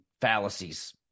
fallacies